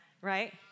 right